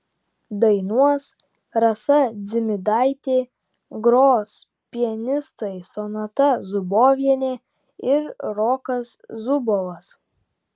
dainuos rasa dzimidaitė gros pianistai sonata zubovienė ir rokas zubovas